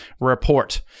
report